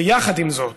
ויחד עם זאת,